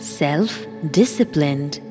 self-disciplined